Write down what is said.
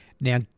now